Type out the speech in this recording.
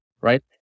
right